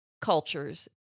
cultures